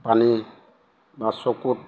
পানী বা চকুত